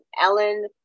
Ellen